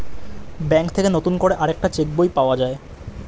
bank থেকে নতুন করে আরেকটা চেক বই পাওয়া যায়